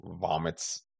vomits